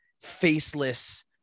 faceless